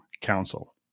council